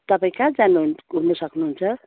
तपाईँ कहाँ जानु घुम्न सक्नु हुन्छ